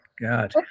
god